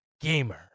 Gamer